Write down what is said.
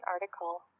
article